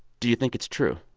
do you think it's true?